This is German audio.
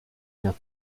mehr